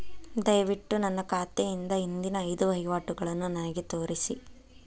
ದಯವಿಟ್ಟು ನನ್ನ ಖಾತೆಯಿಂದ ಹಿಂದಿನ ಐದು ವಹಿವಾಟುಗಳನ್ನು ನನಗೆ ತೋರಿಸಿ